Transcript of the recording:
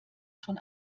schon